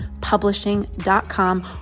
publishing.com